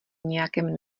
nějakém